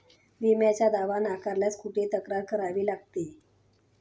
विम्याचा दावा नाकारल्यास कुठे तक्रार करावी लागते?